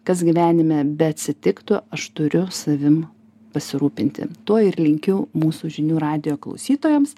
kas gyvenime beatsitiktų aš turiu savim pasirūpinti to ir linkiu mūsų žinių radijo klausytojams